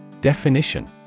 Definition